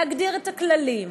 להגדיר את הכללים,